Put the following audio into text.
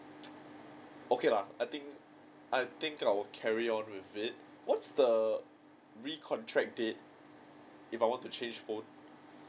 okay lah I think I think that I will carry on with it what's the re-contract date if I want to change phone